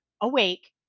awake